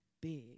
big